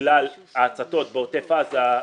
שבגלל ההצתות בעוטף עזה,